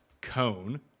Cone